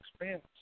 expense